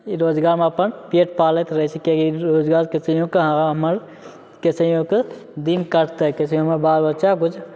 रोजगारमे अपन पेट पालैत रहै छै किएकि रोजगारके कैसेहियो कऽ दिन कैसेहियो बाल बच्चा